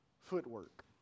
footwork